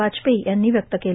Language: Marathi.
वाजपेयी यांनी व्यक्त केले